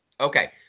Okay